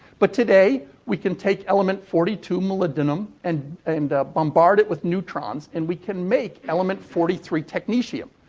but today, we can take element forty-two, molybdenum, and and ah bombard it with neutrons, and we can make element forty-three, technetium.